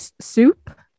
soup